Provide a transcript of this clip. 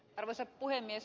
arvoisa puhemies